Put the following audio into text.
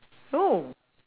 oh